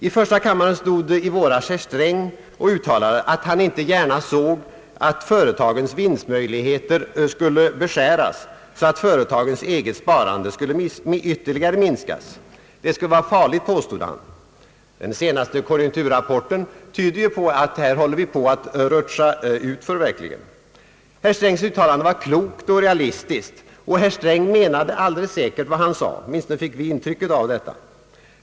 I första kammaren stod i våras herr Sträng och uttalade att han inte gärna såg att företagens vinstmöjligheter skulle beskäras så att deras eget sparande skulle ytterligare minskas. Det skulle vara farligt, påstod han. Den senaste konjunkturrapporten tyder på att vi verkligen håller på att rutscha utför. Herr Strängs uttalande var klokt och realistiskt, och han menade alldeles säkert vad han sade. Åtminstone fick vi det intrycket.